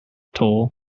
toll